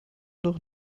doch